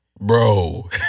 Bro